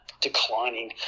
declining